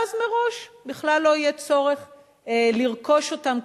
ואז מראש בכלל לא יהיה צורך לרכוש אותם,